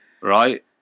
Right